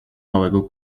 małego